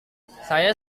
saya